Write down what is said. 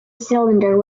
cylinder